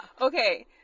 Okay